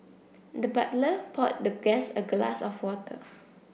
the butler poured the guest a glass of water